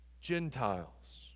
Gentiles